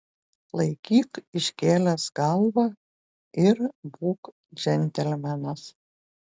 laikyk iškėlęs galvą ir būk džentelmenas